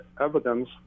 evidence